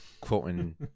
quoting